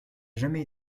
jamais